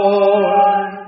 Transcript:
Lord